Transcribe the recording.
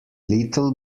little